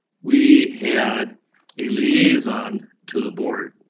we had a liaison to the board.